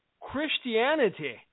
Christianity